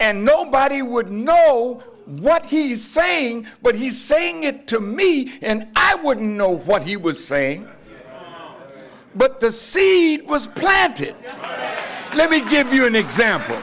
and nobody would know what he is saying but he's saying it to me and i wouldn't know what he was saying but the seed was planted let me give you an example